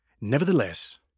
Nevertheless